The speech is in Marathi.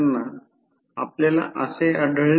1 मी हे कसे करू शकते ते दर्शविते